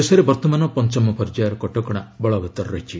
ଦେଶରେ ବର୍ତ୍ତମାନ ପଞ୍ଚମ ପର୍ଯ୍ୟାୟ କଟକଣା ବଳବଉର ରହିଛି